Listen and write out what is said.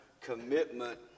commitment